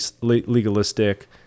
legalistic